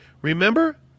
remember